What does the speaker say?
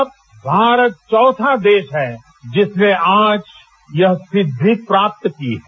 अब भारत चौथा देश है जिसने आज यह सिद्धि प्राप्त की है